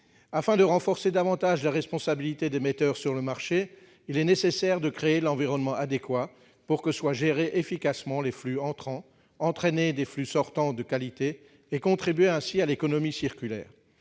afin de renforcer davantage la responsabilité d'émetteur sur le marché, il est nécessaire de créer l'environnement adéquat pour que soient gérés efficacement les flux entrants entraîner des flux sortant de qualité et contribuer ainsi à l'économie circulaire